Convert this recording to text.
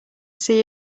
see